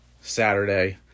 Saturday